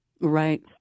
right